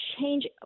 change